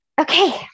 Okay